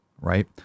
right